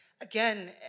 Again